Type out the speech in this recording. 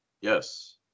Yes